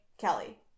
Kelly